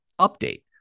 Update